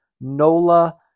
Nola